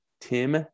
Tim